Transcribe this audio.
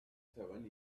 seven